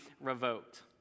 revoked